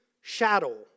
shadow